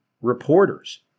reporters